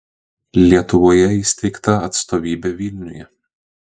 lietuvoje įsteigta atstovybė vilniuje